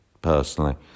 personally